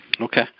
Okay